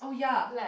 uh ya